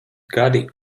gadi